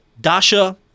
Dasha